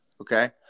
Okay